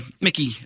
Mickey